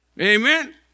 Amen